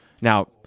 now